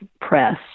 press